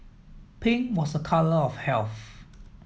pink was a colour of health